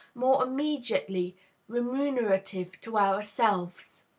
more immediately remunerative to ourselves!